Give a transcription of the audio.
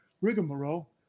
rigmarole